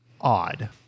odd